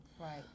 Right